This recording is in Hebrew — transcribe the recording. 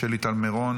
שלי טל מירון,